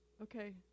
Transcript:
Okay